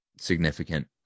significant